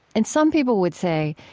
and some people would say,